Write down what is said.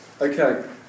okay